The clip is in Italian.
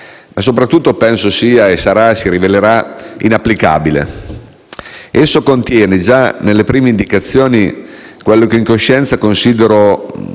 E soprattutto penso che sia, e si rivelerà, inapplicabile. Esso contiene, già nelle prime indicazioni, quello che in coscienza considero